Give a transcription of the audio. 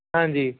ਹਾਂਜੀ